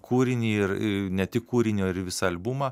kūrinį ir ne tik kūrinio ir visą albumą